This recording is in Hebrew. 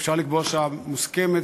אפשר לקבוע שעה מוסכמת.